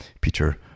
Peter